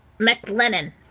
McLennan